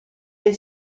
dei